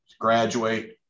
graduate